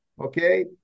okay